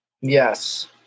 Yes